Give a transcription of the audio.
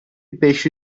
beş